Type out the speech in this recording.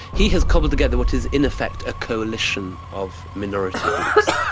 he has cobbled together what is in effect a coalition of minority groups.